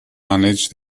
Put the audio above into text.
manage